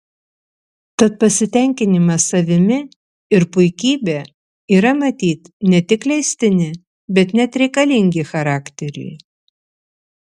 tad pasitenkinimas savimi ir puikybė yra matyt ne tik leistini bet net reikalingi charakteriui